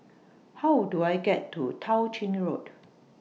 How Do I get to Tao Ching Road